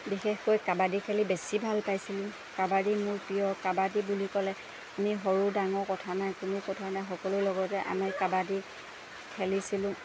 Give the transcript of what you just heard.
বিশেষকৈ কাবাডী খেলি বেছি ভাল পাইছিলোঁ কাবাডী মোৰ প্ৰিয় কাবাডী বুলি ক'লে আমি সৰু ডাঙৰ কথা নাই কোনো কথা নাই সকলোৰ লগতে আমি কাবাডী খেলিছিলোঁ